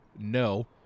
no